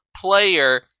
player